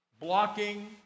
blocking